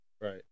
Right